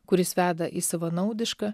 kuris veda į savanaudišką